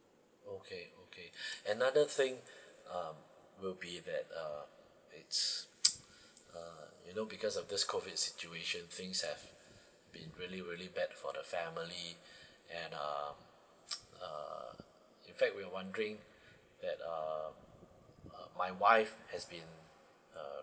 okay okay another thing um will be that uh it's uh you know because of this COVID situation things have been really really bad for the family and um uh in fact we're wondering that uh my wife has been uh